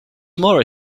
more